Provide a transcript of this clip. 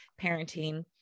parenting